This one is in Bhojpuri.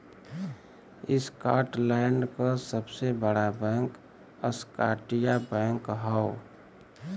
स्कॉटलैंड क सबसे बड़ा बैंक स्कॉटिया बैंक हौ